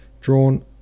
Drawn